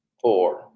four